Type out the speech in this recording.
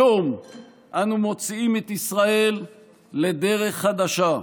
היום אנו מוציאים את ישראל לדרך חדשה.